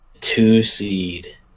two-seed